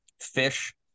fish